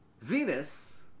Venus